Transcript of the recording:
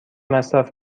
مصرف